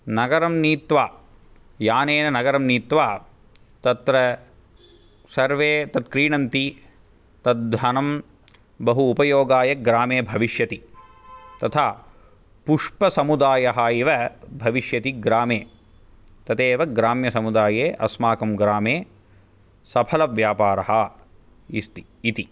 नगरं नीत्वा यानेन नगरं नीत्वा तत्र सर्वे तत्क्रीणन्ति तद्धनं बहु उपयोगाय ग्रामे भविष्यति तथा पुष्पसमुदायः एव भविष्यति ग्रामे तदेव ग्राम्यसमुदाये अस्माकं ग्रामे सफलव्यापारः इति